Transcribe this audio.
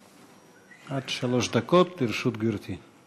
עד שלוש דקות לרשות גברתי.